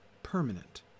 permanent